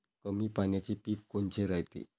कमी पाण्याचे पीक कोनचे रायते?